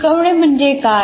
शिकवणे म्हणजे काय